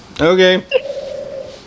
Okay